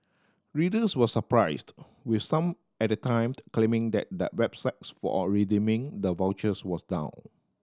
readers were surprised with some at the timed claiming that the websites for redeeming the vouchers was down